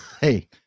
Hey